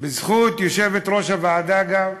בזכות יושבת-ראש הוועדה גם,